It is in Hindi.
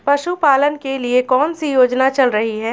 पशुपालन के लिए कौन सी योजना चल रही है?